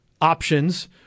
options